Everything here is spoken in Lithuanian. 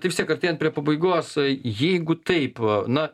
tai vis tiek artėjant prie pabaigos jeigu taip va na